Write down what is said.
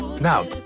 Now